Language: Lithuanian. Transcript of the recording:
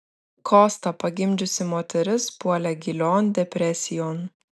kostą pagimdžiusi moteris puolė gilion depresijon